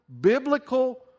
biblical